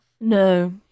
No